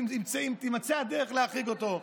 תימצא הדרך להחריג אותו.